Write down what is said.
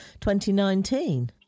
2019